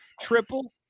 Triple